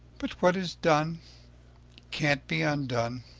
but what is done can't be undone!